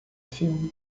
filme